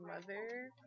mother